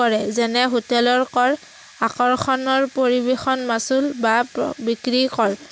কৰে যেনে হোটেলৰ কৰ আকৰ্ষণৰ পৰিৱেশন মাচুল বা বিক্ৰী কৰ